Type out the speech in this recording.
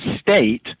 state